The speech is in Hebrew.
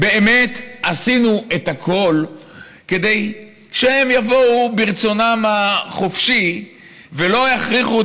באמת עשינו את הכול כדי שהם יבואו מרצונם החופשי ולא יכריחו